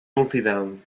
multidão